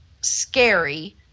scary